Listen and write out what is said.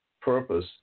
purpose